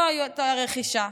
לא הייתה רכישה.